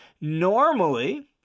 Normally